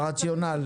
הרציונל.